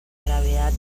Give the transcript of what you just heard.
gravedad